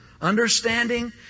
understanding